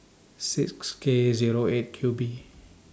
six K Zero eight Q B